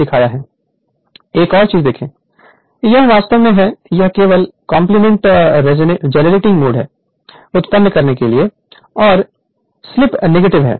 Refer Slide Time 2336 एक और चीज देखें यह वास्तव में है यह केवल कंप्लीमेंट जेनरेटिंग मोड उत्पन्न करने के लिए है और स्लीप नेगेटिव है